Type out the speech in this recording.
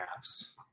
apps